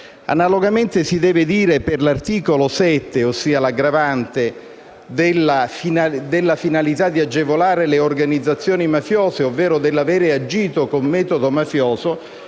Analogamente si deve dire per l'articolo 7, ossia l'aggravante della finalità di agevolare le organizzazioni mafiose, ovvero dell'avere agito con metodo mafioso,